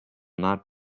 not